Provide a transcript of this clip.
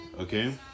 Okay